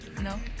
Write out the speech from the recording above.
No